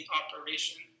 operation